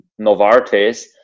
Novartis